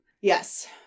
Yes